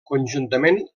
conjuntament